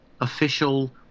official